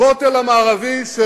הכותל המערבי של,